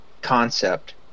Concept